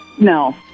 No